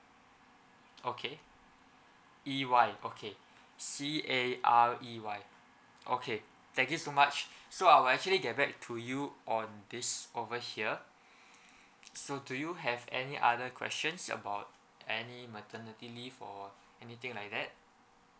okay E Y okay C A R E Y okay thank you so much so I'll actually get back to you on this over here so do you have any other questions about any maternity leave or anything like that